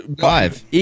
Five